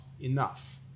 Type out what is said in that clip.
enough